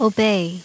Obey